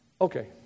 Okay